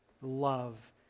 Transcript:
love